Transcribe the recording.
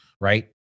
right